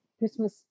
Christmas